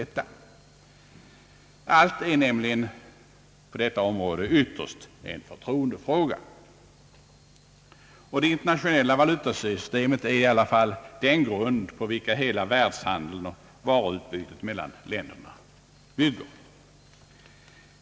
Ytterst är allting på detta område en förtroendefråga. Det internationella valutasystemet är i alla fall den grund, på vilken hela världshandeln och varuutbytet mellan länderna bygger.